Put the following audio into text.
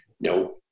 no